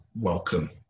welcome